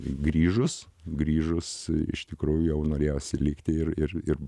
grįžus grįžus iš tikrųjų jau norėjosi likti ir ir ir